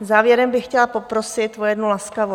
Závěrem bych chtěla poprosit o jednu laskavost.